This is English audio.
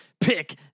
pick